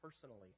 personally